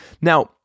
Now